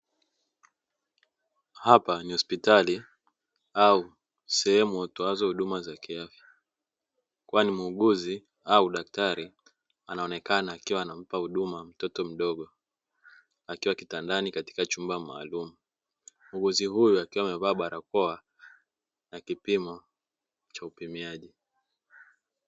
Hapa ni hospitali au sehemu watoazo huduma za kiafya, kwani muuguzi au daktari anaonekana akimpa huduma mtoto mdogo akiwa kitandani katika chumba maalumu, muuguzi huyu akiwa amevaa barakoa na kipimo cha upimiaji.